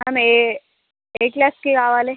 madam ఏ ఏ క్లాస్కు కావాలి